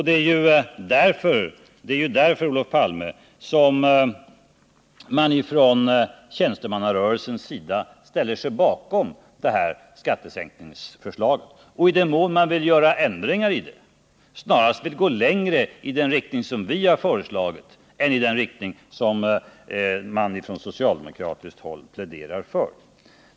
Det är ju därför, Olof Palme, som man från tjänstemannarörelsens sida ställer sig bakom det här skattesänkningsförslaget och i den mån man vill göra ändringar i det snarast vill gå längre i den riktning som vi har föreslagit än i den riktning som socialdemokraterna pläderar för.